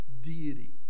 deity